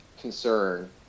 concern